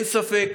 אין ספק,